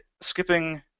skipping